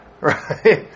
Right